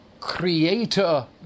Creator